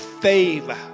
favor